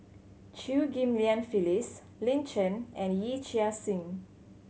Chew Ghim Lian Phyllis Lin Chen and Yee Chia Hsing